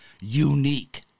unique